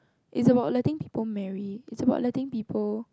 it's about letting people marry it's about letting people